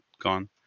gone